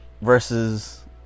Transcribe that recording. versus